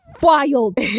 wild